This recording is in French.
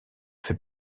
fait